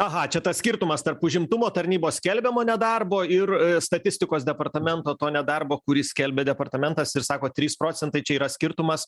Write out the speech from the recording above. aha čia tas skirtumas tarp užimtumo tarnybos skelbiamo nedarbo ir statistikos departamento to nedarbo kurį skelbia departamentas ir sakot trys procentai čia yra skirtumas